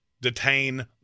Detain